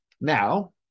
Now